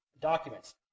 documents